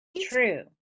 True